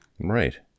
Right